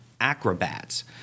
acrobats